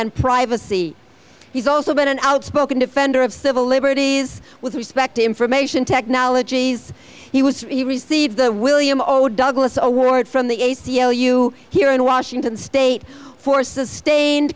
and privacy he's also been an outspoken defender of civil liberties with respect to information technologies he was he received the william o douglas award from the a c l u here in washington state for sustained